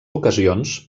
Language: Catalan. ocasions